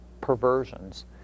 perversions